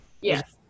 Yes